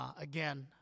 again